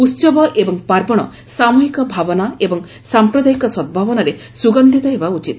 ଉହବ ଏବଂ ପାର୍ବଣ ସାମହିକ ଭାବନା ଏବଂ ସାଂପ୍ରଦାୟିକ ସଦ୍ଭାବନାରେ ସୁଗନ୍ଧିତ ହେବା ଉଚିତ